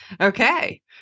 Okay